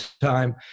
time